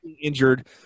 injured